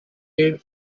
live